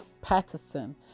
patterson